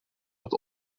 het